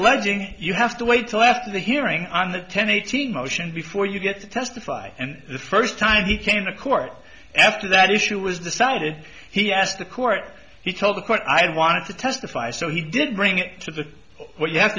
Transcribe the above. alleging you have to wait till after the hearing on the ten eighteen motion before you get to testify and the first time he came to court after that issue was decided he asked the court he told the court i want to testify so he did bring it to the what you have